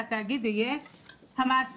שהתאגיד יהיה המעסיק,